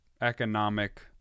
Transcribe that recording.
economic